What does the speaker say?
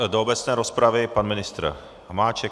Do obecné rozpravy pan ministr Hamáček.